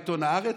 עיתון הארץ,